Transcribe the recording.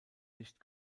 nicht